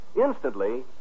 Instantly